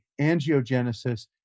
angiogenesis